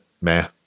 meh